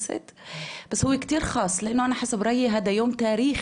אבל בשביל הייחודיות של הדיון אני אקריא את ההודעה המיוחדת.